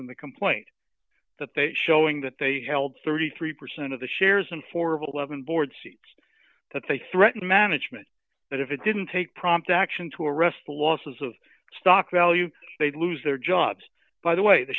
in the complaint that they showing that they held thirty three percent of the shares and four of eleven board seats that they threatened management that if it didn't take prompt action to arrest the losses of stock value they'd lose their jobs by the way the